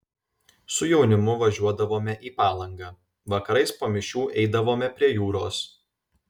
su jaunimu važiuodavome į palangą vakarais po mišių eidavome prie jūros